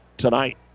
tonight